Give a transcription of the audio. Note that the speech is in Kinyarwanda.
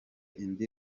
indi